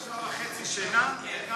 גם תרוויח שעה וחצי שינה וגם